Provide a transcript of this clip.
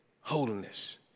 holiness